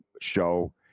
show